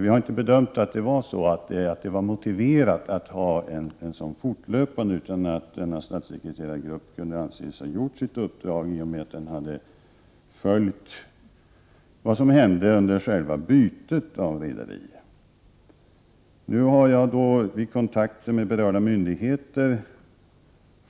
Vi har inte bedömt det som motiverat att ha en fortlöpande uppföljning, utan denna statssekreterargrupp kan anses ha fullgjort sitt uppdrag i och med att den hade följt vad som hände under själva bytet av rederi. Vid kontakter med berörda myndigheter